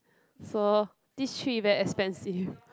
for this three very expensive